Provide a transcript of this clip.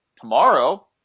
Tomorrow